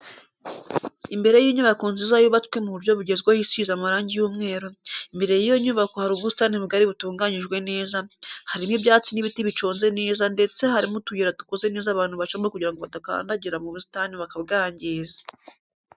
Imbere y'inyubako nziza yubatswe mu buryo bugezweho isize amarangi y'umweru, imbere y'iyo nyubako hari ubusitani bugari butunganyijwe neza, harimo ibyatsi n'ibiti biconze neza ndetse harimo utuyira dukoze neza abantu bacamo kugira ngo badakandagira mu busitani bakabwangiza.